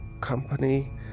company